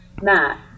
Matt